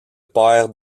père